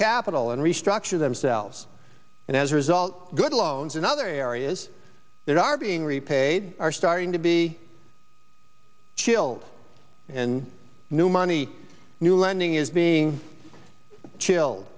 capital and restructure themselves and as a result good loans in other areas that are being repaid are starting to be killed and new money new lending is being kill